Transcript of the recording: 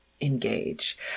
engage